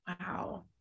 Wow